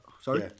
Sorry